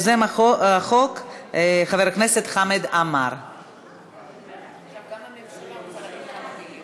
חברי הכנסת בעד, אין מתנגדים, אין נמנעים.